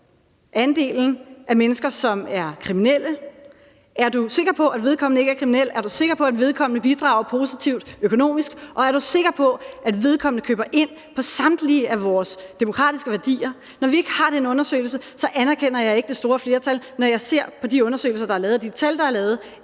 der her spørges ind til – altså: Er du sikker på, at vedkommende ikke er kriminel, er du sikker på, at vedkommende bidrager positivt økonomisk, og er du sikker på, at vedkommende køber ind på samtlige af vores demokratiske værdier? – så anerkender jeg ikke, at det gælder det store flertal, altså når jeg ser på de undersøgelser, der er lavet, og de tal, de viser,